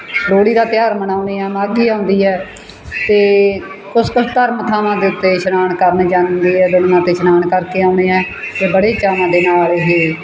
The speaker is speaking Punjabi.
ਲੋਹੜੀ ਦਾ ਤਿਉਹਾਰ ਮਨਾਉਂਦੇ ਹਾਂ ਮਾਘੀ ਆਉਂਦੀ ਹੈ ਅਤੇ ਕੁਛ ਕੁਛ ਧਾਰਮਿਕ ਥਾਵਾਂ ਦੇ ਉੱਤੇ ਇਸ਼ਨਾਨ ਕਰਨ ਜਾਂਦੇ ਹੈ ਦੁਨੀਆਂ 'ਤੇ ਇਸ਼ਨਾਨ ਕਰਕੇ ਆਉਂਦੇ ਹੈ ਅਤੇ ਬੜੇ ਚਾਵਾਂ ਦੇ ਨਾਲ ਇਹ